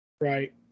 right